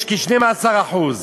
יש כ-12%.